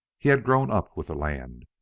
he had grown up with the land.